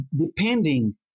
depending